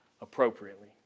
appropriately